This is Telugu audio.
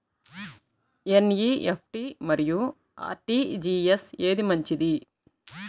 ఎన్.ఈ.ఎఫ్.టీ మరియు అర్.టీ.జీ.ఎస్ ఏది మంచిది?